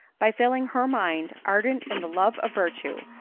by filling her mind, ardent in the love of virtue,